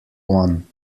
one